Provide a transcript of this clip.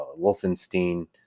Wolfenstein